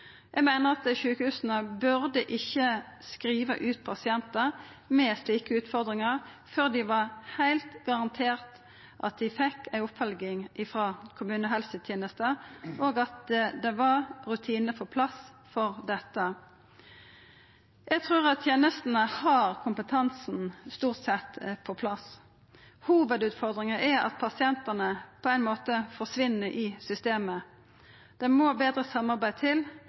Eg meiner at sjukehusa ikkje burde skriva ut pasientar med slike utfordringar før ein er garantert at dei får ei oppfølging frå kommunehelsetenesta, og at det er rutinar på plass for dette. Eg trur at tenestene stort sett har kompetansen på plass. Hovudutfordringa er at pasientane på ein måte forsvinn i systemet. Det må eit betre samarbeid til